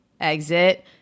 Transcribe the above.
exit